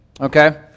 Okay